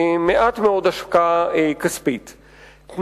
ובהשקעה כספית נמוכה.